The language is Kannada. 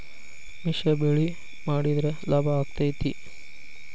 ಮಿಶ್ರ ಬೆಳಿ ಮಾಡಿದ್ರ ಲಾಭ ಆಕ್ಕೆತಿ?